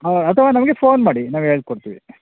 ಹಾಂ ಅಥವಾ ನಮಗೆ ಫೋನ್ ಮಾಡಿ ನಾವು ಹೇಳಿಕೊಡ್ತೀವಿ